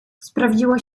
sprawdziło